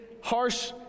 harsh